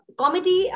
comedy